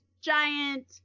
giant